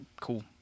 cool